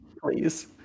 Please